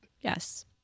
Yes